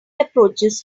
approaches